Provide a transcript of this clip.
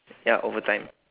ya over time